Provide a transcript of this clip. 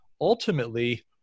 ultimately